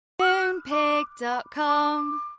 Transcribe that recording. Moonpig.com